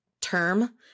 term